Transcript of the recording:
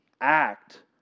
act